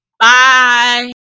Bye